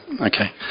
Okay